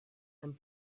and